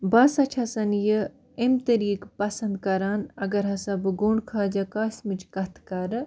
بہٕ ہسا چھیٚس یہِ اَمہِ طریٖقہٕ پسَنٛد کَران اگر ہسا بہٕ گُنٛڈ خواجہ قاسمٕچ کتھ کَرٕ